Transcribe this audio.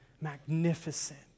magnificent